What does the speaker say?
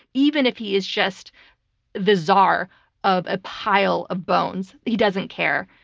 even if he is just the czar of a pile of bones. he doesn't care.